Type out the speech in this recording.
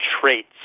traits